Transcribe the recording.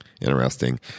Interesting